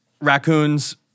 raccoons